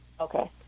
Okay